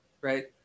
right